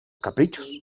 caprichos